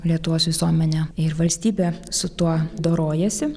lietuvos visuomenė ir valstybė su tuo dorojasi